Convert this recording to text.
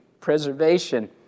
preservation